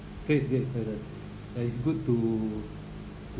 but it's good to to